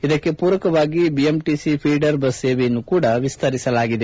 ಇದಕ್ಕೆ ಪೂರಕವಾಗಿ BMTC feeder bus ಸೇವೆಯನ್ನು ಕೂಡಾ ವಿಸ್ತರಿಸಲಾಗಿದೆ